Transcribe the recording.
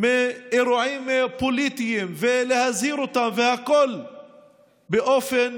מאירועים פוליטיים ולהזהיר אותם, והכול באופן